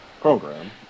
program